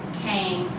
came